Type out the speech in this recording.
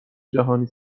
جهانی